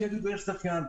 ויש זכיין,